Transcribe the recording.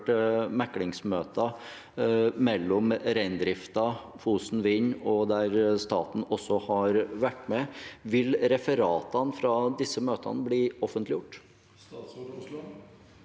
meklingsmøter mellom reindriften og Fosen vind der staten også har vært med. Vil referatene fra disse møtene bli offentliggjort?